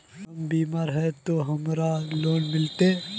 हम बीमार है ते हमरा लोन मिलते?